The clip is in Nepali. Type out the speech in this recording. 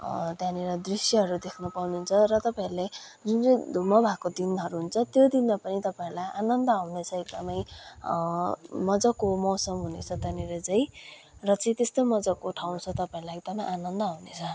त्यहाँनिर दृश्यहरू देख्नु पाउनुहुन्छ र तपाईँहरूलाई जुन चाहिँ धुम्म भएको दिनहरू हुन्छ त्यो दिनमा पनि तपाईँहरूलाई आनन्द आउनेछ मज्जाको मौसम हुनेछ त्यहाँनिर चाहिँ र चाहिँ त्यस्तै मज्जाको ठाउँ छ तपाईँहरूलाई एकदमै आनन्द आउनेछ